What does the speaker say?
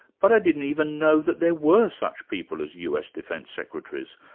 but i didn't even know that there were such people as us defence secretaries,